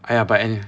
!aiya! but a~